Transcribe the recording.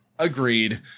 Agreed